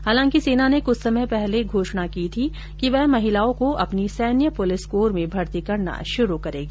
हालांकि सेना ने कुछ समय पहले घोषणा की थी कि वह महिलाओं को अपनी सैन्य पुलिस कोर में भर्ती करना शुरू करेगी